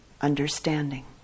understanding